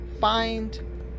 find